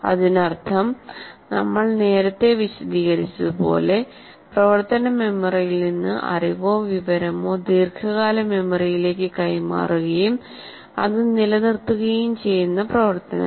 അതിനർത്ഥം നമ്മൾ നേരത്തെ വിശദീകരിച്ചതുപോലെ പ്രവർത്തന മെമ്മറിയിൽ നിന്ന് അറിവോ വിവരമോ ദീർഘകാല മെമ്മറിയിലേക്ക് കൈമാറുകയും അത് നിലനിർത്തുകയും ചെയ്യുന്ന പ്രവർത്തനങ്ങൾ